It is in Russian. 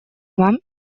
вам